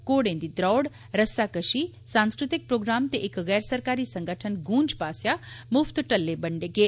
घोड़ें दे द्रौड़ रस्साकषी सांस्कृतिक प्रोग्राम ते इक गैर सरकारी संगठन गूंज पास्सेआ मुफ्त टल्ले बंडे गे